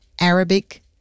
Arabic